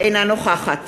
אינה נוכחת